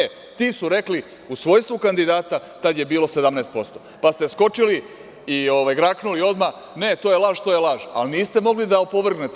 E, ti su rekli u svojstvu kandidata, tada je bilo 17%, pa ste skočili i graknuli odmah - ne to je laž, to je laž, ali niste mogli da opovrgnete.